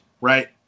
right